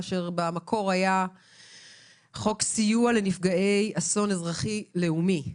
שבמקור היה "חוק סיוע לנפגעי אסון אזרחי לאומי",